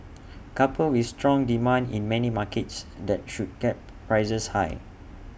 coupled with strong demand in many markets that should kept prices high